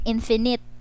Infinite